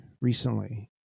recently